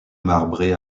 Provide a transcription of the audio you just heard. marbré